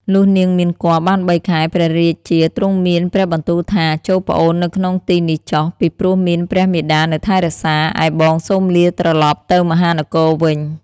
លុះនាងមានគភ៌‌បានបីខែព្រះរាជាទ្រង់មានព្រះបន្ទូលថា ចូរប្អូននៅក្នុងទីនេះចុះ ពីព្រោះមានព្រះមាតានៅថែរក្សា ឯបងសូមលាត្រលប់ទៅមហានគរវិញ។